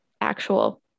actual